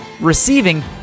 receiving